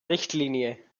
richtlinie